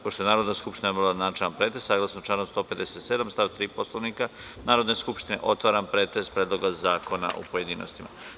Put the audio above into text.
Pošto je Narodna skupština obavila načelni pretres, saglasno članu 157. stav 3. Poslovnika Narodne skupštine, otvaram pretres Predloga zakona u pojedinostima.